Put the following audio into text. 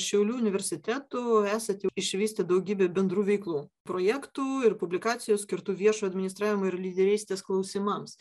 šiaulių universiteto esat jau išvystę daugybę bendrų veiklų projektų ir publikacijų skirtų viešo administravimo ir lyderystės klausimams